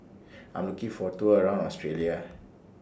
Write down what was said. I'm looking For A Tour around Australia